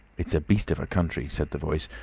it's a beast of a country, said the voice.